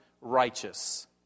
righteous